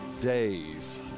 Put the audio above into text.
days